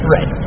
Right